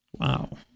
Wow